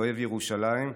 אוהב ירושלים,